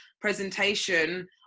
presentation